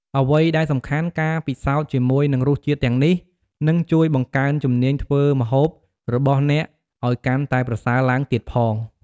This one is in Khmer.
អ្វីដែលសំខាន់ ការពិសោធន៍ជាមួយនឹងរសជាតិទាំងនេះ នឹងជួយបង្កើនជំនាញធ្វើម្ហូបរបស់អ្នកឱ្យកាន់តែប្រសើរឡើងទៀតផង។